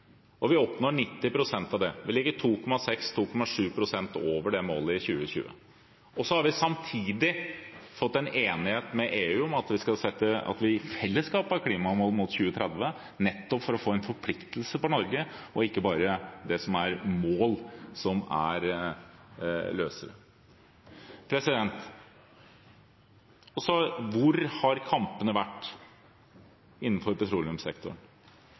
Vi oppnår 90 pst. av det. Vi ligger 2,6–2,7 pst. over det målet i 2020. Så har vi samtidig fått en enighet med EU om at vi i fellesskap har klimamål fram mot 2030, nettopp for å få en forpliktelse for Norge og ikke bare mål som er løse. Hvor har kampene vært innenfor petroleumssektoren?